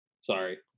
sorry